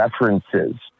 references